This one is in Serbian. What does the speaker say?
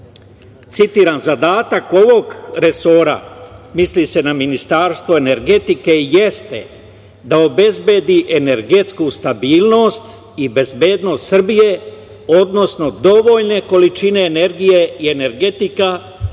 citiram: „Zadatak ovog resora, misli se na Ministarstvo energetike, jeste da obezbedi energetsku stabilnost i bezbednost Srbije, odnosno dovoljne količine energije i energenata